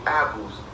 apples